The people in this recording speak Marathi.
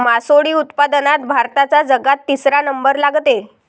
मासोळी उत्पादनात भारताचा जगात तिसरा नंबर लागते